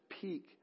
peak